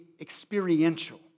experiential